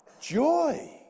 joy